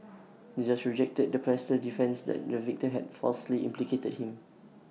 the judge rejected the pastor's defence that the victim had falsely implicated him